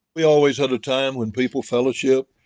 we always had a time when people fellowship,